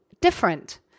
different